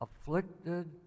afflicted